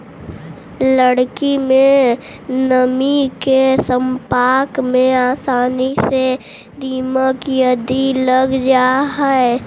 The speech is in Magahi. लकड़ी में नमी के सम्पर्क में आसानी से दीमक आदि लग जा हइ